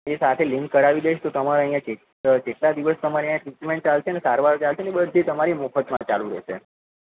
એ સાથે લિંક કરાવી દઈશ તો તમારે અહીંયા જે જેટલા દિવસ તમારી અહીંયા ટ્રીટમેન્ટ ચાલશે ને સારવાર ચાલશે ને એ બધી તમારી મફતમાં ચાલુ રહેશે